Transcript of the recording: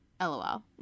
LOL